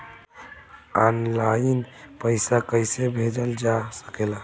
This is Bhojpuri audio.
आन लाईन पईसा कईसे भेजल जा सेकला?